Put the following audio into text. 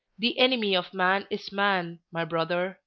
the enemy of man is man, my brother.